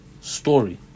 story